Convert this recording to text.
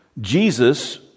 Jesus